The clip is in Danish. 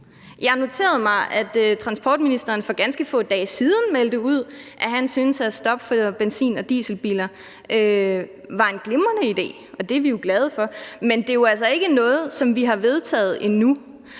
har noteret mig, at transportministeren for ganske få dage siden meldte ud, at han synes, at stop for benzin- og dieselbiler er en glimrende idé, og det er vi jo glade for. Men det er altså ikke noget, som vi har vedtaget endnu,